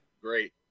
great